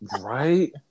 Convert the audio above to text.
Right